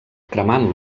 cremant